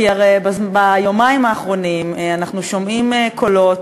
כי הרי ביומיים האחרונים אנחנו שומעים קולות,